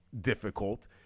difficult